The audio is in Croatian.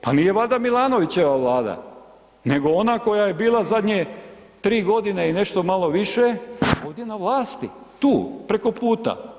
Pa nije valjda Milanovićeva Vlada nego ona koja je bila zadnje 3 g. i nešto malo više ovdje na vlasti, tu, preko puta.